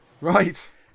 Right